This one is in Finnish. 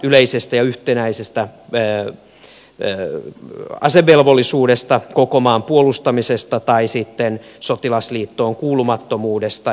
yleisestä ja yhtenäisestä asevelvollisuudesta koko maan puolustamisesta tai sitten sotilasliittoon kuulumattomuudesta